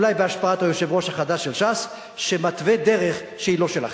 אולי בהשפעת היושב-ראש החדש של ש"ס שמתווה דרך שהיא לא שלכם.